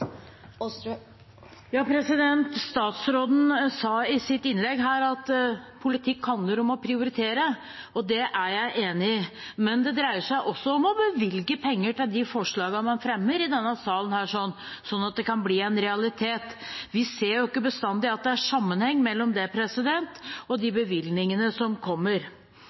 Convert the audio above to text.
Statsråden sa i sitt innlegg her at politikk handler om å prioritere. Det er jeg enig i, men det dreier seg også om å bevilge penger til de forslagene man fremmer i denne salen, slik at det kan bli en realitet. Vi ser ikke at det bestandig er sammenheng mellom det og de bevilgningene som kommer.